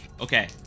Okay